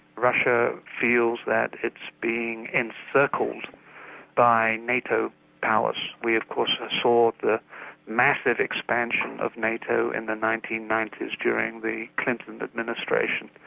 russia feels that it's being encircled by nato powers. we of course saw the massive expansion of nato in the nineteen ninety s during the clinton administration,